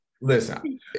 Listen